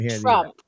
Trump